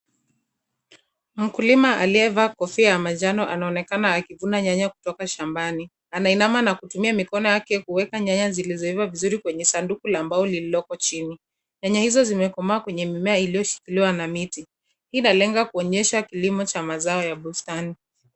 Mkulima aliyevaa kofia ya manjano anaonekana akivuna nyanya kutoka shambani. Anainama na kutumia mikono yake kuweka nyanya zilizoiva vizuri kwenye sanduku la mbao lililoko chini. Nyanya hizo zimekomaa kwenye mimea iliyoshikiliwa na miti. Hii inalenga kuonyesha kilimo cha mazao ya bustani.